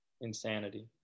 insanity